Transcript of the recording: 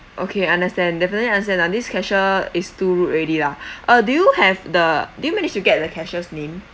okay understand definitely understand lah this cashier is too rude already lah uh do you have the do you manage to get the cashier's name